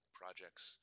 projects